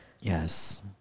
Yes